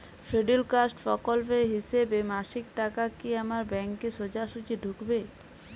Scheduled caste প্রকল্পের হিসেবে মাসিক টাকা কি আমার ব্যাংকে সোজাসুজি ঢুকবে?